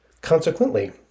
Consequently